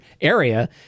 area